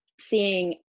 seeing